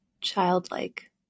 childlike